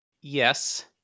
yes